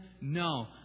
no